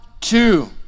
two